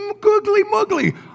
googly-muggly